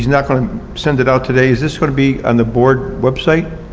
not going to send it out today, is this gonna be on the board website,